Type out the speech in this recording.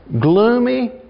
gloomy